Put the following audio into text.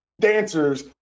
dancers